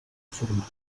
format